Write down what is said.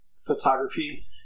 Photography